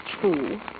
true